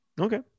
Okay